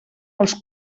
els